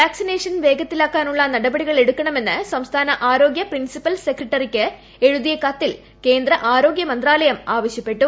vaccination വേഗത്തിലാക്കാനുള്ള നടപടികളെടുക്കണമെന്ന് സംസ്ഥാന ആരോഗ്യ പ്രിൻസിപ്പൽ സെക്രട്ടറിക്ക് എഴുതിയ കത്തിൽ കേന്ദ്ര ആരോഗ്യ മന്ത്രാലയ്ം ആവശ്യപ്പെട്ടു